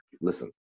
listen